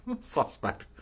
suspect